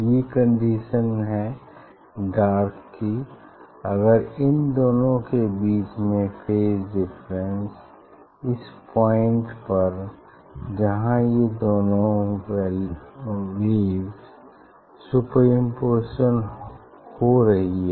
ये कंडीशन है डार्क की अगर इन दोनों के बीच में फेज डिफरेंस इस पॉइंट पर जहाँ ये दोनों वेव्स सुपरपोज़िशन हो रही हैं